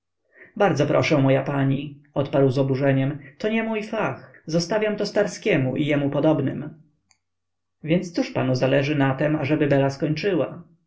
bardzo proszę moja pani odparł z oburzeniem to nie mój fach zostawiam to starskiemu i jemu podobnym więc cóż panu zależy na tem ażeby bela skończyła